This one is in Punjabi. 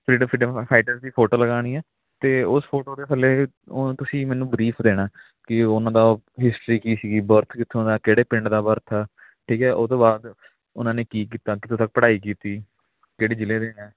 ਫਰੀਡਮ ਫਰੀਡਮ ਫਾਈਟਰਸ ਦੀ ਫੋਟੋ ਲਗਾਣੀ ਹੈ ਅਤੇ ਉਸ ਫੋਟੋ ਦੇ ਥੱਲੇ ਉਹ ਤੁਸੀਂ ਮੈਨੂੰ ਬਰੀਫ ਦੇਣਾ ਕਿ ਉਹਨਾਂ ਦੀ ਹਿਸਟਰੀ ਕੀ ਸੀਗੀ ਬਰਥ ਕਿੱਥੋਂ ਦਾ ਕਿਹੜੇ ਪਿੰਡ ਦਾ ਬਰਥ ਆ ਠੀਕ ਹੈ ਉਤੋਂ ਬਾਅਦ ਉਹਨਾਂ ਨੇ ਕੀ ਕੀਤਾ ਕਿੱਥੋਂ ਤੱਕ ਪੜ੍ਹਾਈ ਕੀਤੀ ਕਿਹੜੇ ਜ਼ਿਲ੍ਹੇ ਦੇ ਹੈ